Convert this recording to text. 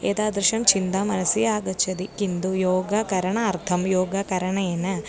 एतादृशी चिन्ता मनसि आगच्छति किन्तु योगकरणार्थं योगकरणेन